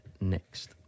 next